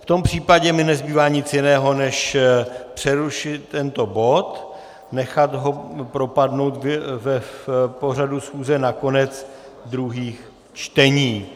V tom případě mi nezbývá nic jiného, než přerušit tento bod, nechat ho propadnout v pořadu schůze na konec druhých čtení.